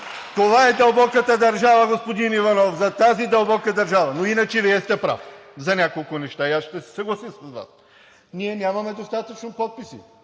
Това е дълбоката държава, господин Иванов. За тази дълбока държава! Иначе Вие сте прав за няколко неща и аз ще се съглася с Вас. Ние нямаме достатъчно подписи.